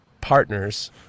partners